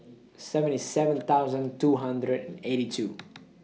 seventy seven thousand two hundred eighty two